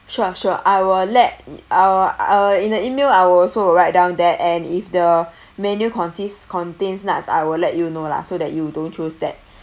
sure sure I will let I will I will in the email I will also will write down there and if the menu consists contains nuts I will let you know lah so that you don't choose that